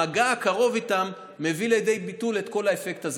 המגע הקרוב איתם מביא לידי ביטול את כל האפקט הזה.